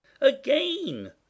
Again